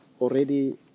already